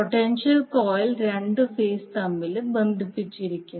potential coil രണ്ട് phase തമ്മിൽ ബന്ധിപ്പിച്ചിരിക്കുന്നു